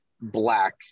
black